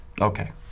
Okay